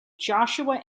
joshua